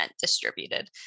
distributed